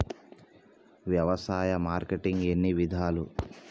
వ్యవసాయ మార్కెటింగ్ ఎన్ని విధాలు?